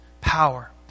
power